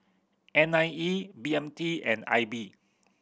N I E B M T and I B